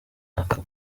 aka